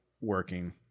working